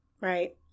right